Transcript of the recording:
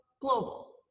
global